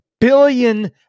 billion